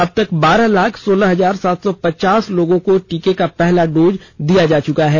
अब तक बारह लाख सोलह हजार सात सौ पचास लोगों को टीके का पहला डोज दिया जा चुका है